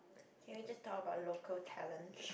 can we just talk about local talent